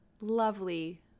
lovely